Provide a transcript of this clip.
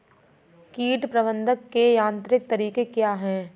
कीट प्रबंधक के यांत्रिक तरीके क्या हैं?